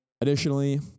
Additionally